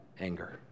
anger